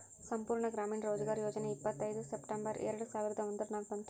ಸಂಪೂರ್ಣ ಗ್ರಾಮೀಣ ರೋಜ್ಗಾರ್ ಯೋಜನಾ ಇಪ್ಪತ್ಐಯ್ದ ಸೆಪ್ಟೆಂಬರ್ ಎರೆಡ ಸಾವಿರದ ಒಂದುರ್ನಾಗ ಬಂತು